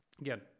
again